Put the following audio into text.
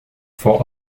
for